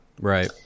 right